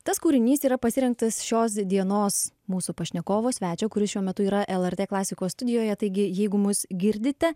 tas kūrinys yra pasirinktas šios dienos mūsų pašnekovo svečio kuris šiuo metu yra lrt klasikos studijoje taigi jeigu mus girdite